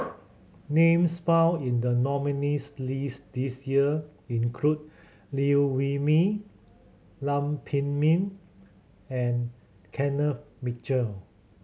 names found in the nominees' list this year include Liew Wee Mee Lam Pin Min and Kenneth Mitchell